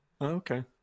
Okay